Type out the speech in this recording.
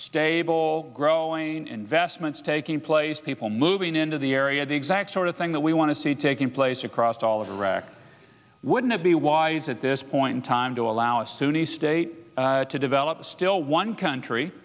stable growing investments taking place people moving into the area the exact sort of thing that we want to see taking place across all of iraq wouldn't it be wise at this point in time to allow a sunni state to develop still one country